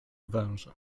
węże